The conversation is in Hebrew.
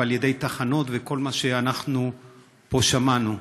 לתחנות וכל מה שאנחנו פה שמענו.